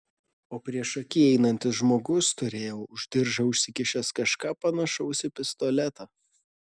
o priešaky einantis žmogus turėjo už diržo užsikišęs kažką panašaus į pistoletą